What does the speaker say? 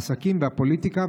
העסקים והפוליטיקה,